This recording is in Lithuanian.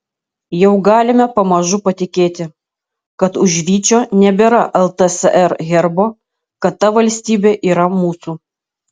jau galime pamažu patikėti kad už vyčio nebėra ltsr herbo kad ta valstybė yra mūsų